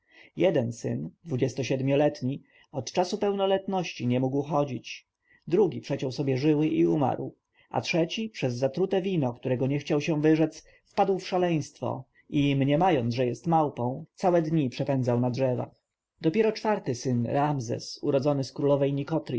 jeden smole dni od czasu pełnoletności nie mógł chodzić drugi przeciął sobie żyły i umarł a trzeci przez zatrute wino którego nie chciał się wyrzec wpadł w szaleństwo i mniemając że jest małpą całe dni przepędzał na drzewach dopiero czwarty syn ramzes urodzony z królowej